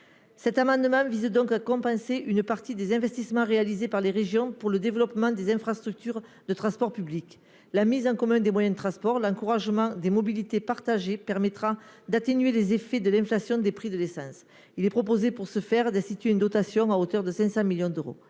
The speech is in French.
Cet amendement vise donc à compenser une partie des investissements réalisés par les régions pour le développement des infrastructures de transports publics. La mise en commun des modes de transport et la promotion des mobilités partagées permettront d'atténuer les effets de l'inflation, qui touche en particulier les prix de l'essence. Il est proposé, à cette fin, d'instituer une dotation abondée à hauteur de 500 millions d'euros.